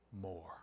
more